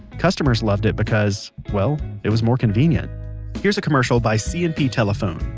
customers loved it because, well, it was more convenient here's a commercial by c and p telephone,